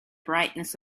brightness